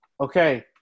Okay